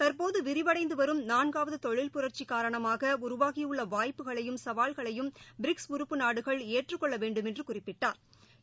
தற்போதுவிரிவடைந்துவரும் நான்காவதுதொழில் புரட்சிகாரணமாகஉருவாகியுள்ளவாய்ப்புகளையும் சவால்களையும் பிரிக்ஸ் உறுப்பு நாடுகள் ஏற்றுக் கொள்ளவேண்டுமென்றுகுறிப்பிட்டாா்